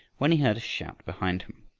when he heard a shout behind him.